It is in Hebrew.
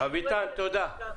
תודה.